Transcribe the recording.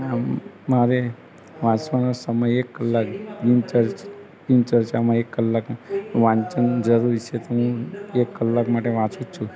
આમ મારે વાંચવાનો સમય એક કલાકની ચર્ચ ની ચર્ચામાં એક કલાક વાંચન જરૂરી છે તો હું એક કલાક માટે વાંચું છું